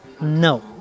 No